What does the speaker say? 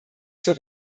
zur